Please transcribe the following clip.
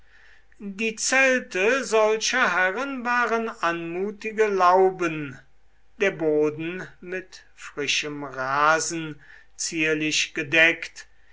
die zelte solcher herren waren anmutige lauben der boden mit frischem rasen zierlich bedeckt